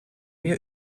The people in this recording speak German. wir